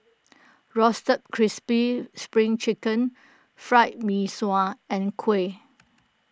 Roasted Crispy Spring Chicken Fried Mee Sua and Kuih